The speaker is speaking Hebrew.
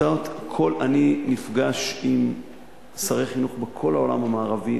אני נפגש עם שרי חינוך בכל העולם המערבי.